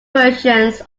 versions